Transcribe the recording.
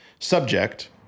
subject